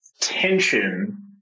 tension